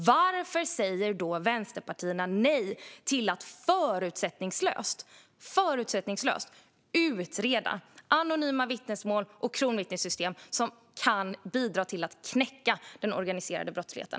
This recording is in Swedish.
Varför säger då vänsterpartierna nej till att förutsättningslöst utreda anonyma vittnesmål och kronvittnessystem som kan bidra till att knäcka den organiserade brottsligheten?